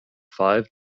five